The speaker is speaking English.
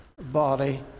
body